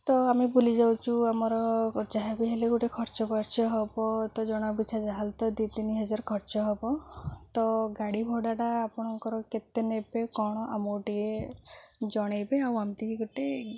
ତ ଆମେ ବୁଲିଯାଉଛୁ ଆମର ଯାହାବି ହେଲେ ଗୋଟେ ଖର୍ଚ୍ଚ ବାର୍ଚ୍ଚ ହେବ ତ ଜଣପିଛା ଯାହା ହେଲେ ତ ଦୁଇ ତିନି ହଜାର ଖର୍ଚ୍ଚ ହେବ ତ ଗାଡ଼ି ଭଡ଼ାଟା ଆପଣଙ୍କର କେତେ ନେବେ କ'ଣ ଆମକୁ ଟିକିଏ ଜଣାଇବେ ଆଉ ଆମତିିକି ଗୋଟେ